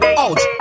out